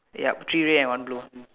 yup three red and one blue